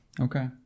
okay